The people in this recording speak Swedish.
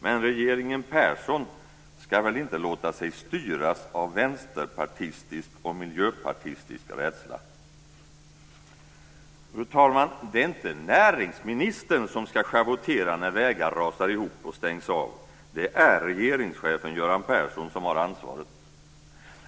Men regeringen Persson ska väl inte låta sig styras av vänsterpartistisk och miljöpartistisk rädsla. Fru talman! Det är inte näringsministern som ska schavottera när vägar rasar ihop och stängs av. Det är regeringschefen Göran Persson som har ansvaret.